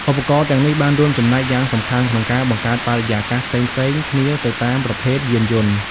ឧបករណ៍ទាំងនេះបានរួមចំណែកយ៉ាងសំខាន់ក្នុងការបង្កើតបរិយាកាសផ្សេងៗគ្នាទៅតាមប្រភេទយានយន្ត។